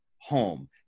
home